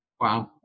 Wow